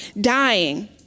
dying